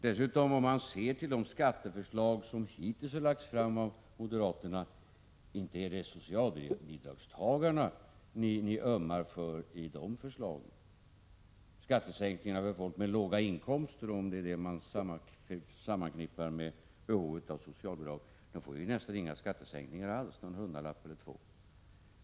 Om man dessutom ser till de skatteförslag som hittills har lagts fram av moderaterna finner man att inte är det socialbidragstagarna som ni ömmar för i dessa förslag. Det blir ju nästan inga skattesänkningar alls för folk med låga inkomster, om det nu är detta man sammanknippar med behovet av socialbidrag — det rör sig om någon eller några hundralappar.